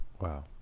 Wow